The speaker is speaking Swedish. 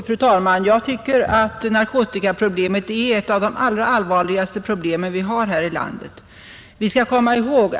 Fru talman! Narkotikaproblemet är ett av de allra allvarligaste problemen vi har här i landet.